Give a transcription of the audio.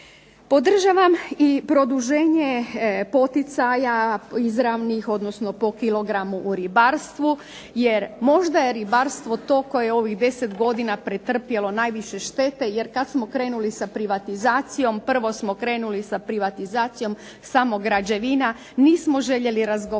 Podržavam i produženje poticaja izravnih, odnosno po kilogramu u ribarstvu, jer možda je ribarstvo to koje je pretrpjelo najviše štete, jer kada smo krenuli na privatizaciju prvo smo krenuli sa privatizacijom samo građevina. Nismo željeli razgovarati